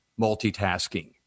multitasking